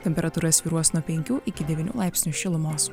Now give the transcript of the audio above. temperatūra svyruos nuo penkių iki devynių laipsnių šilumos